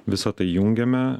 visa tai jungiame